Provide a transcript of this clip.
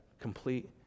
complete